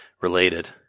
related